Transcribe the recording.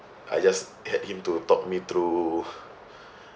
I just had him to talk me through